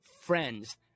Friends